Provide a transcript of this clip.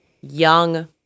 young